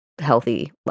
healthy